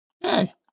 Hey